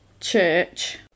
church